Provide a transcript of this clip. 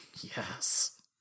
Yes